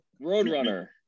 Roadrunner